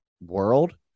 world